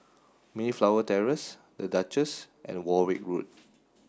Mayflower Terrace The Duchess and Warwick Road